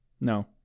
No